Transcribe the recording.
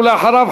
ואחריו,